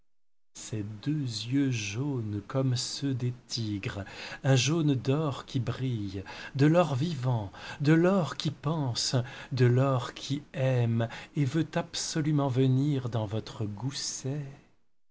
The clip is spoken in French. sont deux yeux jaunes comme ceux des tigres un jaune d'or qui brille de l'or vivant de l'or qui pense de l'or qui aime et veut absolument venir dans votre gousset